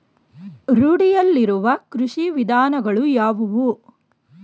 ರೂಢಿಯಲ್ಲಿರುವ ಕೃಷಿ ವಿಧಾನಗಳು ಯಾವುವು?